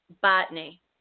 botany